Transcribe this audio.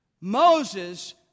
Moses